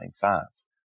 fast